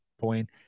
point